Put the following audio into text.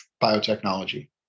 biotechnology